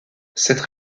cette